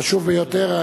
חשוב ביותר.